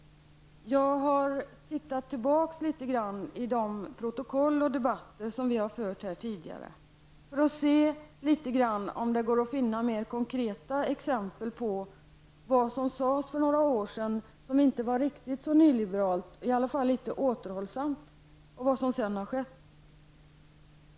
Jag har tittat tillbaka litet grand i protokollen från de debatter som vi har fört här tidigare, för att se om det går att finna mer konkreta exempel på vad som sades för några år sedan som inte var riktigt så nyliberalt, i alla fall litet återhållsamt, och vad som sedan har skett.